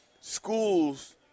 schools